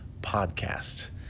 Podcast